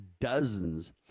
dozens